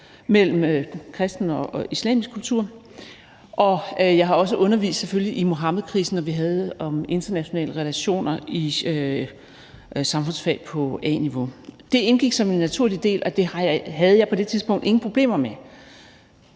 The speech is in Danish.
mellem kristen og islamisk kultur. Og jeg har selvfølgelig også undervist i Muhammedkrisen, når vi havde om internationale relationer i samfundsfag på A-niveau. Det indgik som en naturlig del af undervisningen, og det havde jeg på det tidspunkt ingen problemer med.